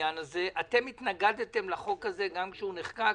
אתם התנגדתם לחוק הזה גם כשהוא נחקק.